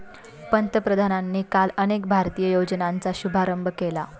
पंतप्रधानांनी काल अनेक भारतीय योजनांचा शुभारंभ केला